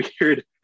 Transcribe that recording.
weird